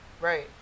Right